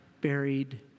buried